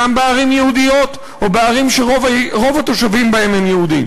גם בערים יהודיות או בערים שרוב התושבים בהן יהודים.